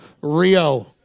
Rio